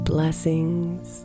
Blessings